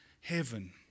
heaven